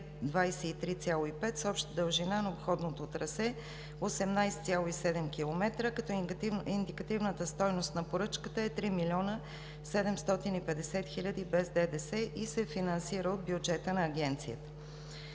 23,5 с обща дължина на обходното трасе 18,7 км“. Индикативната стойност на поръчката е 3 млн. 750 хил. лв. без ДДС и се финансира от бюджета на Агенцията.